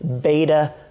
beta